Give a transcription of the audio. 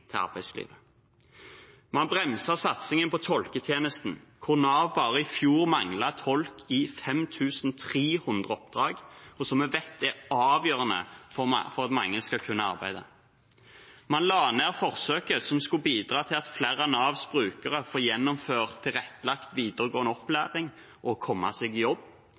til arbeidslivet: Man bremset satsingen på tolketjenesten, hvor Nav bare i fjor manglet tolk i 5 300 oppdrag, og som vi vet er avgjørende for at mange skal kunne arbeide. Man la ned forsøket som skulle bidra til at flere av Navs brukere får gjennomført tilrettelagt videregående opplæring og komme seg i jobb.